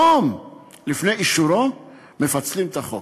יום לפני אישורו מפצלים את החוק.